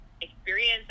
experience